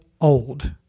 Old